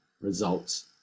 results